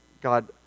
God